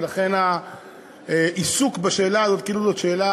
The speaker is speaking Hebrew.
ולכן העיסוק בשאלה הזאת כאילו זאת שאלה